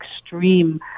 extreme